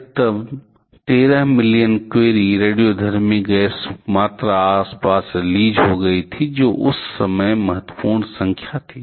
अधिकतम 13 million curie रेडियोधर्मी गैसों मात्रा आसपास रिलीज़ हो गयी जो उस समय महत्वपूर्ण संख्या थी